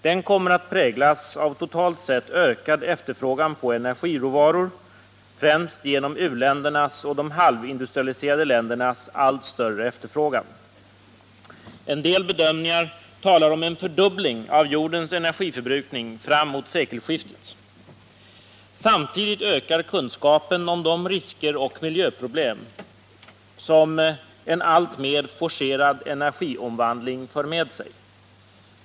Den kommer att präglas av en totalt sett ökad efterfrågan på energiråvaror, främst genom u-ländernas och de halvindustrialiserade ländernas allt större efterfrågan. En del bedömningar talar om en fördubbling av jordens energiförbrukning fram mot sekelskiftet. Samtidigt ökar kunskapen om de risker och miljöproblem som en alltmer forcerad energiomvandling för med sig.